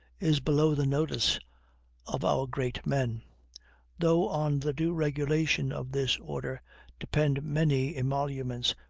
is below the notice of our great men though on the due regulation of this order depend many emoluments,